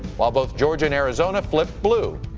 while both georgia and arizona flipped blue,